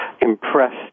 impressed